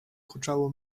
huczało